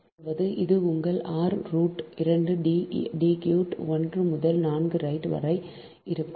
அதாவது இது உங்கள் r ரூட் 2 D க்யூப் 1 முதல் 4 வரை இருக்கும்